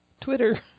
Twitter